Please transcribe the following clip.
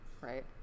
right